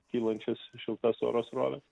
kylančias šiltas oro sroves